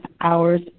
hours